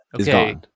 Okay